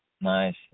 Nice